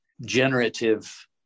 generative